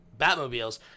batmobiles